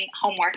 homework